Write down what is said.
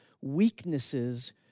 weaknesses